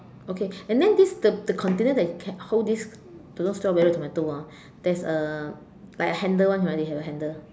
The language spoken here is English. okay and then this the the container that can hold this don't know say whether tomato ah there's a like a handle one right you have a handle